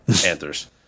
Panthers